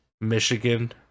Michigan